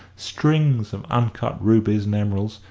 strings of uncut rubies and emeralds,